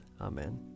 Amen